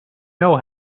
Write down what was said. know